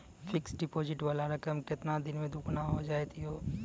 Fixed deposit वाला रकम केतना दिन मे दुगूना हो जाएत यो?